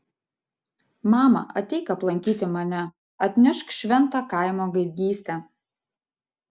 mama ateik aplankyti mane atnešk šventą kaimo gaidgystę